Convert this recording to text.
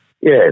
Yes